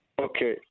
Okay